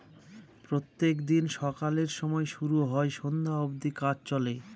প্রত্যেক দিন সকালের সময় শুরু হয় সন্ধ্যা অব্দি কাজ চলে